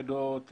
עדות,